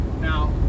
Now